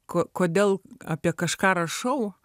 ko kodėl apie kažką rašau